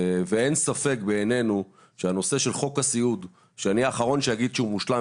ואין ספק בעינינו שהנושא של חוק הסיעוד שאני האחרון שאגיד שהוא מושלם,